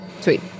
sweet